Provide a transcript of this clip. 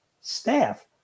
staff